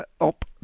up